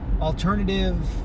alternative